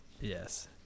Yes